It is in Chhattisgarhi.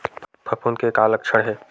फफूंद के का लक्षण हे?